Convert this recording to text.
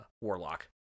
Warlock